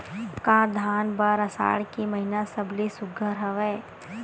का धान बर आषाढ़ के महिना सबले सुघ्घर हवय?